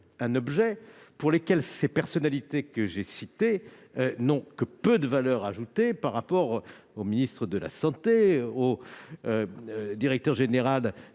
un sujet sur lequel les personnalités que j'ai mentionnées n'ont que peu de valeur ajoutée par rapport au ministre de la santé, au directeur général